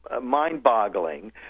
mind-boggling